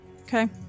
Okay